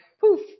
poof